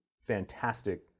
fantastic